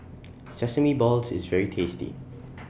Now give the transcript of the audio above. Sesame Balls IS very tasty